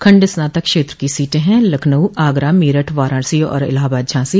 खंड स्नातक क्षेत्र की सीटें हैं लखनऊ आगरा मेरठ वाराणसी और इलाहाबाद झांसी